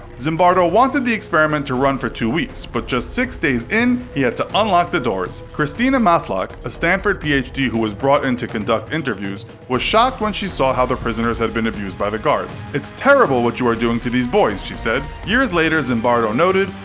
zimbardo wanted the experiment to run for two weeks, but just six days in, he had to unlock the doors. christina maslach, a stanford phd who was brought in to conduct interviews, was shocked when she saw how the prisoners had been abused by the guards. it's terrible what you are doing to these boys! she said. years later zimbardo noted,